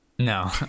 No